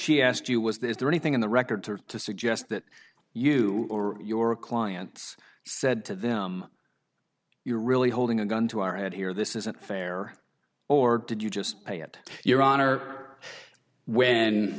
she asked you was there is there anything in the record to to suggest that you or your clients said to them you're really holding a gun to our head here this isn't fair or did you just pay it your honor when